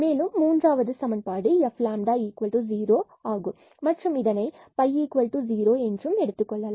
மேலும் மூன்றாவது சமன்பாடு F0 ஆகும் மற்றும் இதை ϕ0 என எடுத்துக்கொள்ளலாம்